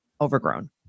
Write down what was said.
overgrown